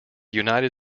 united